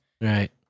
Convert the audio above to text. Right